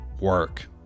work